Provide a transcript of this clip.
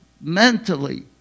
mentally